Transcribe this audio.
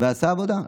ועשה עבודה.